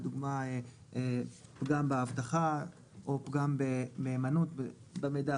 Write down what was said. לדוגמה, פגם באבטחה או פגם במהימנות במידע.